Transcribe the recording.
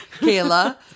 Kayla